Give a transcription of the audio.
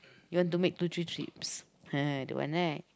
you want to make two three trips don't want right